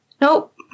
Nope